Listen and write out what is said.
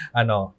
ano